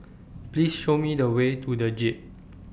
Please Show Me The Way to The Jade